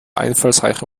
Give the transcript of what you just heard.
einfallsreiche